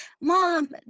mom